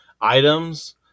items